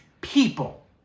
people